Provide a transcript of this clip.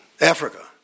Africa